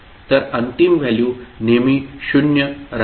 तर अंतिम व्हॅल्यू नेहमी शून्य राहील